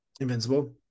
invincible